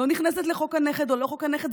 לא נכנסת לחוק הנכד או לא חוק הנכד,